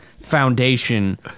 foundation